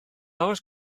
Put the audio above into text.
oes